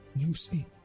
Lucy